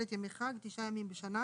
ערך שעה לעובד שמירה שמועסק 5 ימים בשבוע (באחוזים/שקלים חדשים)